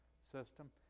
system